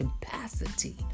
capacity